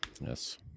Yes